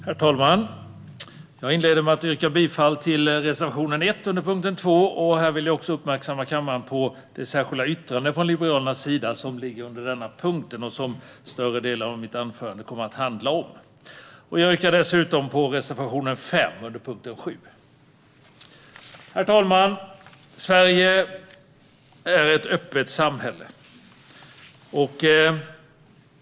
Herr talman! Jag inleder med att yrka bifall till reservation 1 under punkt 2. Här vill jag också uppmärksamma kammaren på det särskilda yttrandet från Liberalerna som finns under denna punkt och som större delen av mitt anförande kommer att handla om. Jag yrkar dessutom bifall till reservation 5 under punkt 7. Herr talman! Sverige är ett öppet samhälle.